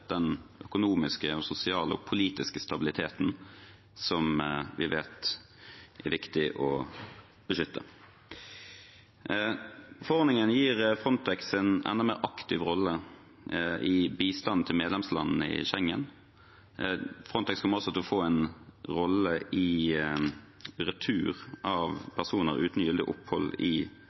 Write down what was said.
den økonomiske, sosiale og politiske stabiliteten, som vi vet er viktig å beskytte. Forordningen gir Frontex en enda mer aktiv rolle i bistanden til medlemslandene i Schengen. Frontex kommer også til å få en rolle i retur av personer uten gyldig opphold i